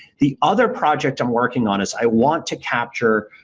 the other project i'm working on is i want to capture